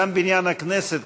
גם בניין הכנסת,